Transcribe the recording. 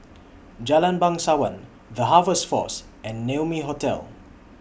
Jalan Bangsawan The Harvest Force and Naumi Hotel